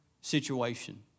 situation